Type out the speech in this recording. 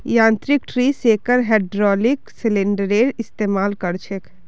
यांत्रिक tree shaker hydraulic सिलिंडरेर इस्तेमाल कर छे